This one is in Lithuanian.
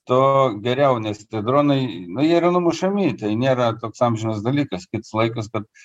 tuo geriau nes tie dronai jie yra numušami tai nėra toks amžinas dalykas kits laikas kad